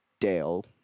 Dale